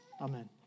Amen